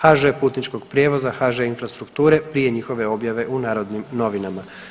HŽ putničkog prijevoza, HŽ infrastrukture prije njihove objave u Narodnim novinama.